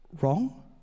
wrong